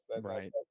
right